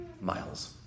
miles